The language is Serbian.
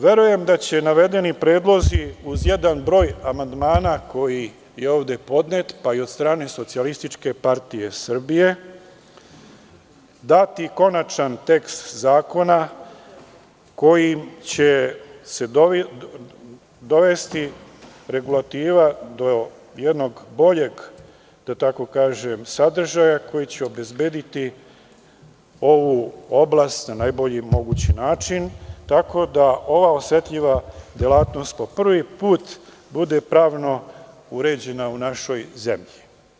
Verujem da će navedeni predlozi, uz jedan broj amandmana koji je ovde podnet, pa id od strane SPS, dati konačan tekst zakona kojim će se dovesti regulativa do jednog boljeg, da tako kažem, sadržaja, koji će ovu oblast obezbediti na najbolji mogući način, tako da ova osetljiva delatnost po prvi put bude pravno uređena u našoj zemlji.